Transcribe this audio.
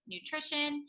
Nutrition